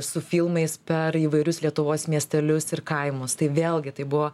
su filmais per įvairius lietuvos miestelius ir kaimus tai vėlgi tai buvo